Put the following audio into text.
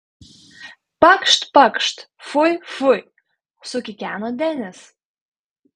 pakšt pakšt fui fui sukikeno denis